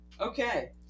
Okay